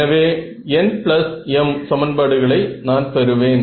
எனவே nm சமன்பாடுகளை நான் பெறுவேன்